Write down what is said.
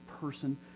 person